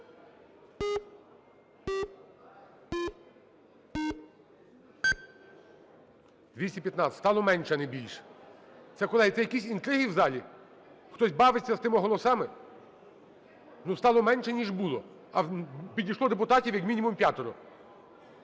За-215 Стало менше, а не більше. Це, колеги, це якісь інтриги в залі? Хтось бавиться з тими голосами? Ну, стало менше, ніж було, а підійшло депутатів, як мінімум, п'ятеро.